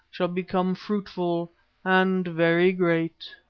shall become fruitful and very great.